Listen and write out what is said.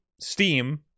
Steam